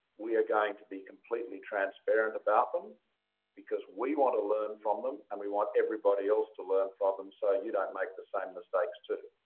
we are going to be completely transparent about them because we want to learn from them, and we want everybody else to learn from them so you don't make the same mistakes, too.